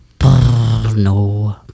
No